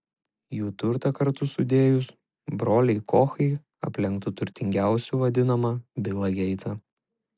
jų turtą kartu sudėjus broliai kochai aplenktų turtingiausiu vadinamą bilą geitsą